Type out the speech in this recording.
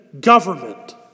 government